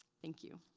thank you.